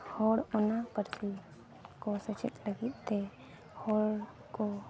ᱦᱚᱲ ᱚᱱᱟ ᱯᱟᱹᱨᱥᱤ ᱠᱚ ᱥᱮᱪᱮᱫ ᱞᱟᱹᱜᱤᱫᱼᱛᱮ ᱦᱚᱲ ᱠᱚ